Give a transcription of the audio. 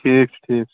ٹھیٖک چھُ ٹھیٖک چھُ